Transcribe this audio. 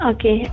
Okay